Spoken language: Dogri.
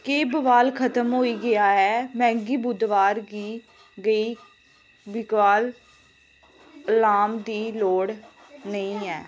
कि बबाल खत्म होई गेआ ऐ मिगी बुद्धबार दी स'ञां गी किकबाल आस्तै अलार्म दी लोड़ नेईं ऐ